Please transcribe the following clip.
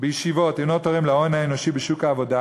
בישיבות אינו תורם להון האנושי בשוק העבודה.